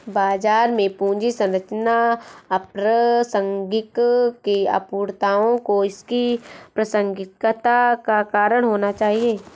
बाजार में पूंजी संरचना अप्रासंगिक है, अपूर्णताओं को इसकी प्रासंगिकता का कारण होना चाहिए